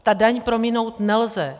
Tu daň prominout nelze.